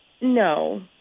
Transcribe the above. No